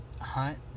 hunt